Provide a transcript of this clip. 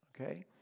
Okay